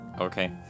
Okay